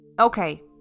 Okay